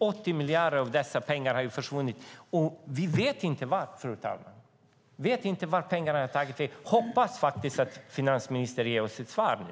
80 miljarder av dessa pengar har försvunnit. Men vi vet inte vart pengarna har tagit vägen, fru talman. Hoppas att finansministern ger oss ett svar nu.